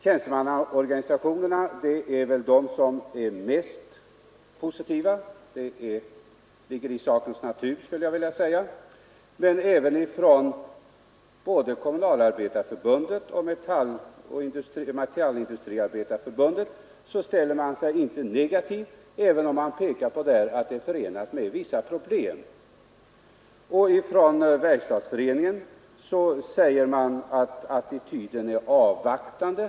Tjänstemannaorganisationerna är väl mest positiva — det ligger i sakens natur — men varken Kommunalarbetareförbundet eller Metallindustriarbetareförbundet ställer sig negativa, även om de pekar på att flextiden är förenad med vissa problem. Det framhålls vidare att attityden från Verkstadsföreningen är avvaktande.